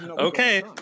Okay